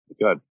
Good